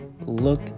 look